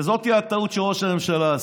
וזאת הטעות שראש הממשלה עשה.